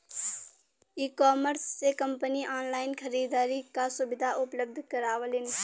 ecommerce से company online खरीदारी क सुविधा उपलब्ध करावलीन